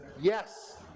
Yes